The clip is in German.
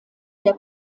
der